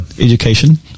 education